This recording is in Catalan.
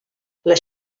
les